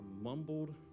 mumbled